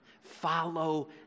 follow